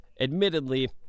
admittedly